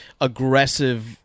aggressive